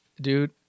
Dude